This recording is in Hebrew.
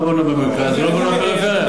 לא בנו במרכז ולא בנו בפריפריה.